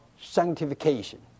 sanctification